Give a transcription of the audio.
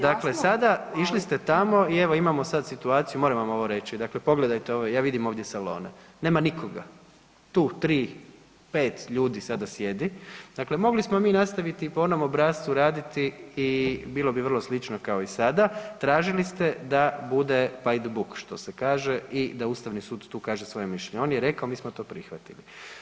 Dakle, sada išli ste tamo i evo imamo sada situaciju, moram vam ovo reći, dakle pogledajte ovo, ja vidim ovdje salone, nema nikoga, tu 3, 5 ljudi sada sjedi, dakle mogli smo mi nastaviti i po onom obrascu raditi i bilo bi vrlo slično kao i sada, tražili ste da bude by the book što se kaže i da Ustavni sud tu kaže svoje mišljenje, on je rekao mi smo to prihvatili.